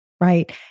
right